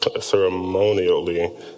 ceremonially